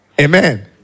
Amen